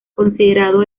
considerado